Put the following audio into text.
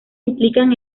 implican